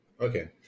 Okay